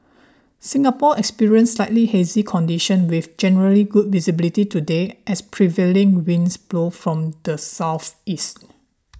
Singapore experienced slightly hazy conditions with generally good visibility today as prevailing winds blow from the southeast